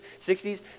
60s